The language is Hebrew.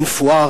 עין-פואר,